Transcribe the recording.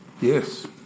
yes